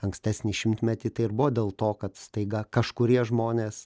ankstesnį šimtmetį tai ir buvo dėl to kad staiga kažkurie žmonės